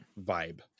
Vibe